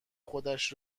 خودش